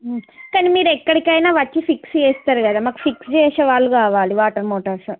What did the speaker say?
కానీ మీరెక్కడికైనా వచ్చి ఫిక్స్ చేస్తారు కదా మాకు ఫిక్స్ చేసేవాళ్ళు కావాలి మాకు వాటర్ మోటర్సు